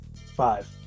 Five